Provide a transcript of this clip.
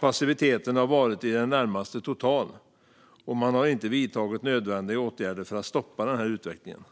Passiviteten har varit i det närmaste total, och man har inte vidtagit nödvändiga åtgärder för att stoppa den här utvecklingen.